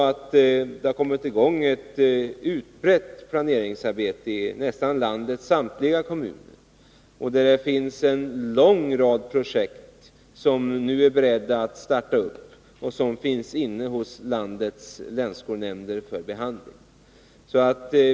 Ett utbrett planeringsarbete har kommit i gång i nästan samtliga av landets kommuner. I länsskolnämnderna behandlas en lång rad projekt som man nu är beredd att starta.